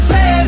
Say